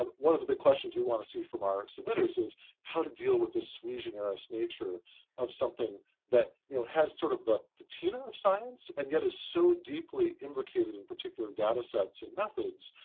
um one of the big questions we want to see from our submitters is how to deal with the sui generis nature of something that you know has sort of the patina of science, and yet, is so deeply imbricated in particular data sets and methods,